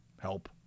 help